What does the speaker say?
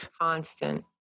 constant